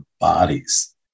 bodies